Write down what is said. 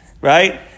right